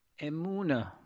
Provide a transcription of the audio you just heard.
emuna